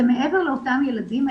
זה מעבר לאותם ילדים.